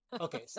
Okay